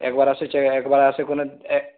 একবার আসে চেয়ে একবার এসে কোন এক